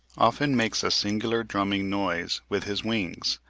often makes a singular drumming noise with his wings,